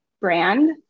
brand